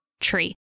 tree